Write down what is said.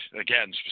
again